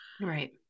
Right